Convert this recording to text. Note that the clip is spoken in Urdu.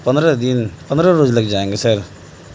پندرہ دن پندرہ روز لگ جائیں گے سر